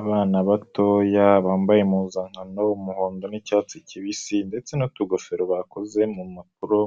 Abana batoya bambaye impuzankano umuhondo n'icyatsi kibisi ndetse n'utugofero bakoze mu mpapuro